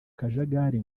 kajagari